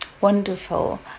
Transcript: wonderful